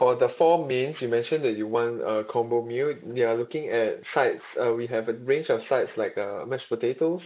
for the four mains you mentioned that you want a combo meal you are looking at sides uh we have a range of sides like uh mashed potatoes